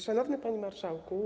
Szanowny Panie Marszałku!